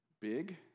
big